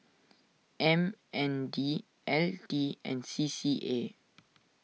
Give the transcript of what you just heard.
M N D L T and C C A